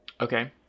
Okay